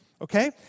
okay